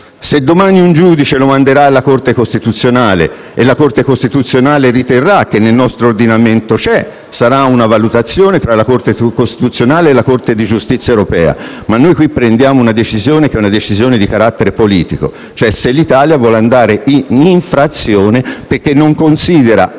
se domani un giudice lo manderà alla Corte costituzionale e la Corte riterrà che nel nostro ordinamento c'è, sarà una valutazione tra la Corte costituzionale e la Corte di giustizia europea, ma noi in questa sede prendiamo una decisione che è di carattere politico, cioè se l'Italia vuole andare in infrazione perché non considera